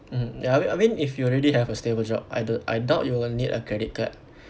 mm ya I mean I mean if you already have a stable job I dou~ I doubt you will need a credit card